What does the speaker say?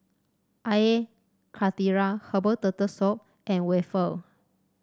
Air Karthira Herbal Turtle Soup and waffle